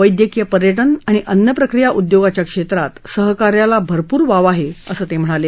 वैद्यकीय पर्यटन आणि अन्नप्रक्रिया उद्योगाच्या क्षेत्रात सहकार्याला भरपूर वाव आहे असं ते म्हणाले